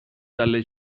dalle